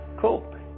Cool